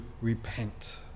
repent